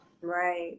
Right